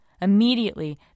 Immediately